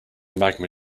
magma